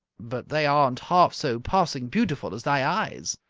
but they aren't half so passing beautiful as thy eyes.